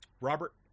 Robert